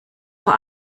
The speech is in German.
vor